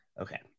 Okay